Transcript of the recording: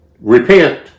repent